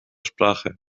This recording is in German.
sprache